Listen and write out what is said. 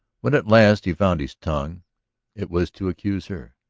when at last he found his tongue it was to accuse her.